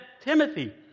Timothy